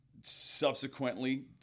subsequently